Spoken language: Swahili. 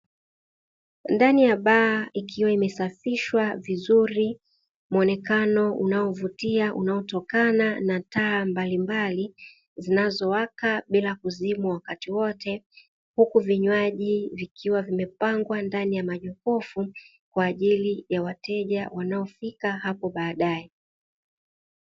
Ndani ya baa ikiwa imesafishwa vizuri muonekano unaovutia unaotokana na taa mbalimbali zinazowaka bila kuzimwa wakati wote huku vinywaji vikiwa vimepangwa ndani ya majokofu kwa ajili ya wateja wanaofika hapo baadae.